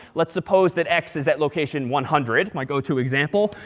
let's suppose that x is at location one hundred my go to example.